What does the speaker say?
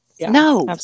No